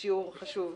שיעור חשוב.